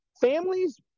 families